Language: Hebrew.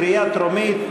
קריאה טרומית.